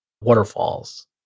waterfalls